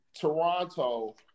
Toronto